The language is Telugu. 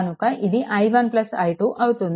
కనుక ఇది i1 i2 అవుతుంది